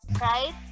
right